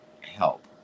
help